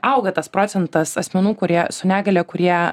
auga tas procentas asmenų kurie su negalia kurie